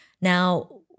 Now